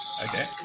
Okay